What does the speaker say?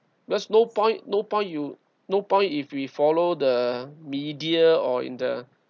because no point no point you no point if we follow the media or in the